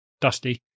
dusty